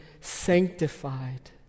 sanctified